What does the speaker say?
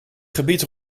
gebied